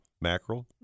Mackerel